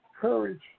courage